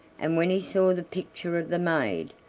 and when he saw the picture of the maid,